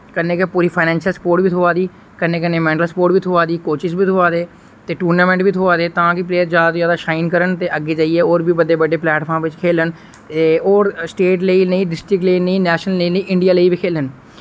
कन्नै गै पूरी फाइनेंशियल सप्पोर्ट बी थ्होआ दी कन्नै कन्नै मैंटल सप्पोर्ट बी थ्होआ दी कोचेस बी थ्होआ दे ते टूर्नामेंट बी थ्होआ दे तां गै प्लेयर ज्यादा तो ज्यादा शाइन करन ते अग्गै जाइयै और बी बड्डे बड्डे प्लैटफार्म बिच खेलन एह् और स्टेट लेई नि डिस्ट्रिक लेई नि नैशनल लेई नि इंडिया लेई बी खेलन